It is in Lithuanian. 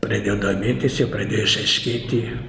pradėjo domėtis jau pradėjo išaiškėti